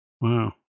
Wow